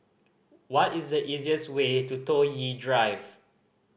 what is the easiest way to Toh Yi Drive